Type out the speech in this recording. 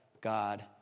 God